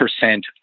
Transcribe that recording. percent